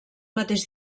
mateix